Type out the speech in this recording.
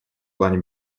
плане